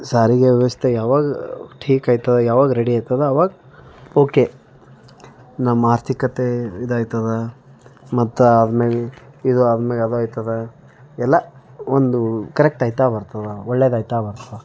ಸಾರಿಗೆ ವ್ಯವಸ್ಥೆ ಯಾವಾಗ ಠೀಕ್ ಆಯ್ತೋ ಯಾವಾಗ ರೆಡಿ ಆಯ್ತದ ಆವಾಗ ಓಕೆ ನಮ್ಮ ಆರ್ಥಿಕತೆ ಇದಾಯ್ತದ ಮತ್ತೆ ಆದ್ಮೇಗೆ ಇದು ಆದ್ಮೇಗೆ ಅದಾಯ್ತದ ಎಲ್ಲ ಒಂದು ಕರೆಕ್ಟ್ ಆಯ್ತಾ ಬರ್ತದೆ ಒಳ್ಳೆದಾಯ್ತಾ ಬರ್ತದೆ